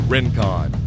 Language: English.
Rincon